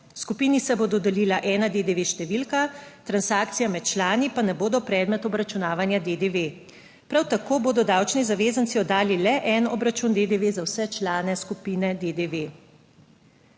Skupini se bo dodelila ena DDV številka, transakcije med člani pa ne bodo predmet obračunavanja DDV. Prav tako bodo davčni zavezanci oddali le en obračun DDV za vse člane skupine DDV.